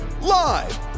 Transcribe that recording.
Live